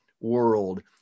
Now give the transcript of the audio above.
world